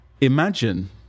imagine